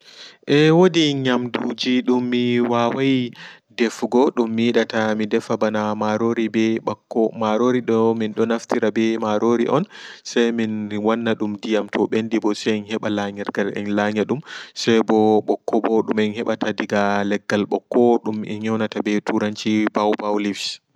Eh wodi nyamduji dum miwawai defugo dum miyidata midefa ɓana marori ɓe ɓokki marori do mindo naftire ɓe ndiyam on to ɓendiɓo se en heɓa laanyirgal en lanyandu seɓo ɓokko ɓo dum en heɓata daga leggal ɓokko dum enyonata ɓe turanci ɓaw ɓaw leaves.